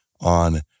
on